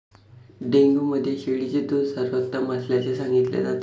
dengue मध्ये शेळीचे दूध सर्वोत्तम असल्याचे सांगितले जाते